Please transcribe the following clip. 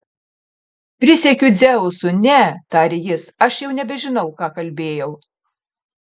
prisiekiu dzeusu ne tarė jis aš jau nebežinau ką kalbėjau